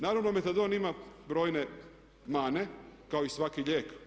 Naravno metadon ima brojne mane kao i svaki lijek.